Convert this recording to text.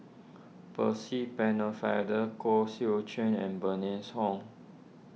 Percy Pennefather Koh Seow Chuan and Bernice Ong